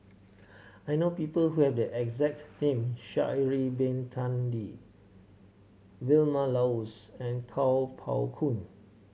I know people who have the exact name Sha'ari Bin Tadin Vilma Laus and Kuo Pao Kun